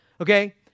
okay